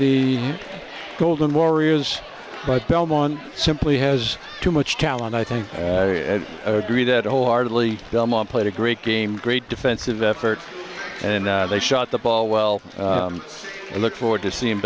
the golden warriors but belmont simply has too much talent i think agree that wholeheartedly played a great game great defensive effort and they shot the ball well i look forward to seeing